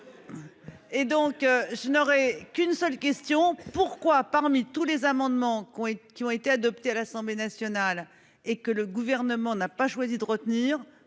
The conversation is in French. Et donc je n'aurai qu'une seule question pourquoi parmi tous les amendements qui ont été qui ont été adoptées à l'Assemblée nationale et que le gouvernement n'a pas choisi de retenir